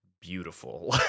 beautiful